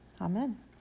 Amen